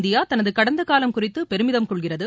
India தனது கடந்த காலம் குறித்து பெருமிதம் கொள்கிறது